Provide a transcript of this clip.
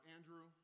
Andrew